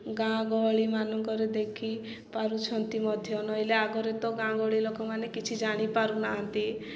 ଗାଁ ଗହଳିମାନଙ୍କରେ ଦେଖି ପାରୁଛନ୍ତି ମଧ୍ୟ ନହଲେ ଆଗରେ ତ ଗାଁ ଗହଳି ଲୋକମାନେ କିଛି ଜାଣିପାରୁନାହାନ୍ତି